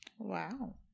wow